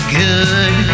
good